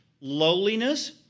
Lowliness